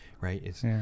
Right